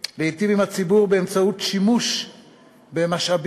להיטיב עם הציבור באמצעות שימוש במשאבים